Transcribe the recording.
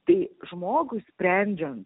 tai žmogui sprendžiant